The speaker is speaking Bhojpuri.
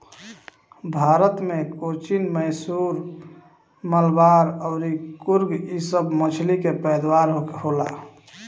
भारत मे कोचीन, मैसूर, मलाबार अउर कुर्ग इ सभ मछली के पैदावार होला